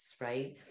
right